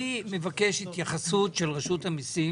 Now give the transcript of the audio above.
אני מבקש התייחסות של רשות המסים